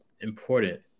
important